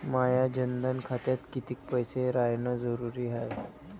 माया जनधन खात्यात कितीक पैसे रायन जरुरी हाय?